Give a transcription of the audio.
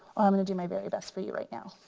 i'm gonna do my very best for you right now.